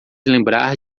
lembrar